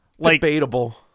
debatable